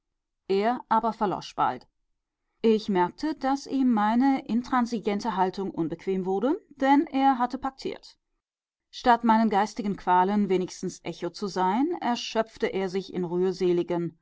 er aber verlosch bald ich merkte daß ihm meine intransigente haltung unbequem wurde denn er hatte paktiert statt meinen geistigen qualen wenigstens echo zu sein erschöpfte er sich in